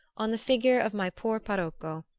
on the figure of my poor parocco,